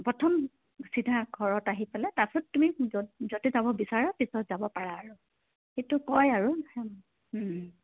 প্ৰথম চিধা ঘৰত আহি পেলাই তাৰপিছত তুমি য'ত য'তে যাব বিচাৰা পিছত যাব পাৰা আৰু সেইটো কয় আৰু